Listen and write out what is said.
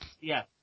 Yes